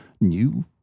new